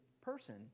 person